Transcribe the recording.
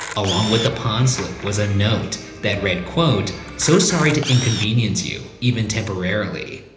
along with the pawn slip was a note that read, so sorry to inconvenience you, even temporarily.